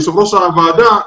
יושב-ראש הוועדה,